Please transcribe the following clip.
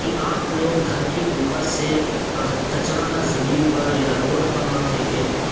کہ آپ لوگ گھر کے اوپر سے کچرہ زمین پر یا روڈ پر نہ پھینکیں